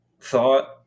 thought